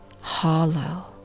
hollow